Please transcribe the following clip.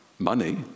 Money